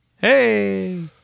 Hey